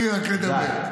תן לי רק לדבר.